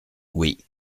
oui